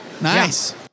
Nice